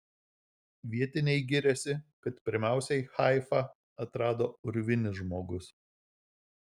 vietiniai giriasi kad pirmiausiai haifą atrado urvinis žmogus